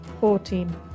Fourteen